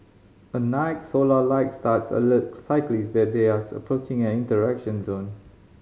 at night solar light studs alert cyclists that they are approaching an interaction zone